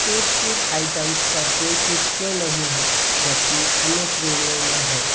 पेट food items पर कोई छूट क्यों नहीं है जबकि अन्य श्रेणियों में है